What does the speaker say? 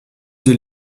des